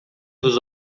dos